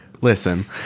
listen